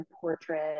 portrait